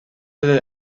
did